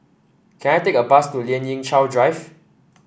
can I take a bus to Lien Ying Chow Drive